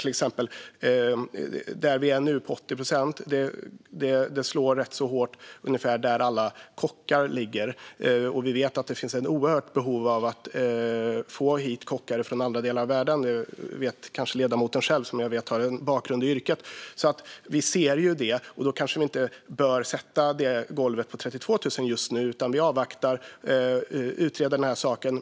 Där vi är nu på 80 procent slår det rätt hårt ungefär på den nivå där alla kockar ligger, och vi vet att det finns ett oerhört behov av att få hit kockar från andra delar av världen. Det vet kanske ledamoten själv, som jag vet har en bakgrund i yrket. Vi ser detta, och då kanske vi inte bör sätta golvet på 32 000 just nu, utan vi avvaktar och utreder saken.